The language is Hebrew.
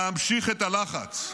להמשיך את הלחץ,